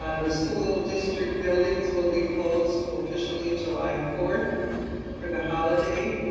ah the school district buildings will be closed officially july fourth for the holiday,